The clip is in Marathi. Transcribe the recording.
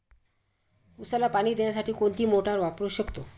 उसाला पाणी देण्यासाठी कोणती मोटार वापरू शकतो?